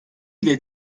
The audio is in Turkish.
ile